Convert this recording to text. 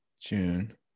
June